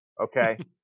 okay